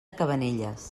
cabanelles